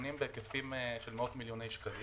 סיכונים בהיקפים של מאות-מיליוני שקלים